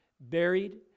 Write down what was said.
Buried